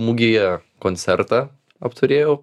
mugėje koncertą apturėjau